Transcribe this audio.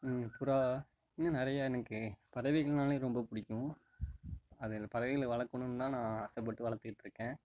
புறா இன்னும் நிறைய எனக்கு பறவைகள்னாலே ரொம்ப பிடிக்கும் அதை பறவைகளை வளர்க்கணுன்னுதான் நான் ஆசைப்பட்டு வளர்த்துக்கிட்டு இருக்கேன்